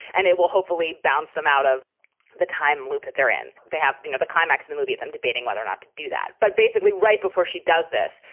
and it will hopefully bounce them out of the time loop that they're in. they have, you know, the climax of the movie at them, debating whether or not to do that. but basically, right before she does this,